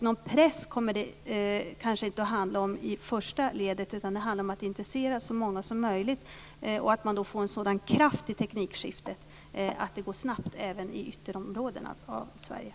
Någon press kommer det kanske inte att handla om i första ledet, utan det handlar om att intressera så många som möjligt och att man får en sådan kraft i teknikskiftet att det går snabbt även i Sveriges ytterområden.